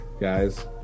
guys